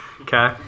Okay